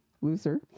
loser